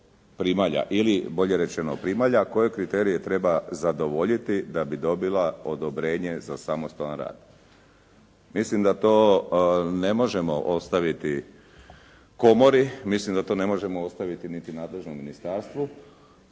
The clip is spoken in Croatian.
primalja ili bolje rečeno primalja, koje kriterije treba zadovoljiti da bi dobila odobrenje za samostalan rad? Mislim da to ne možemo ostaviti komori, mislim da to ne možemo ostaviti niti nadležnom ministarstvu